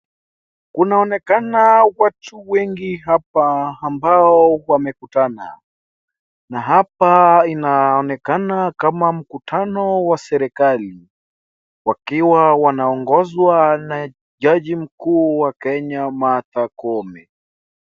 Kunaonekana watu wengi hapa ambao wamekutana. Na hapa inaonekana kama mkutano wa serikali wakiwa wanaongozwa na jaji mkuu wa Kenya, Martha Koome.